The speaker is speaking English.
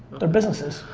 they're businesses.